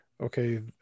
okay